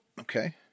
okay